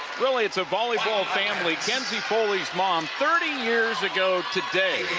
really, it's a volleyball family. foley's mom, thirty years ago today,